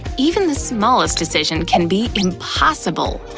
even the smallest decisions can be impossible.